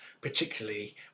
particularly